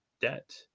debt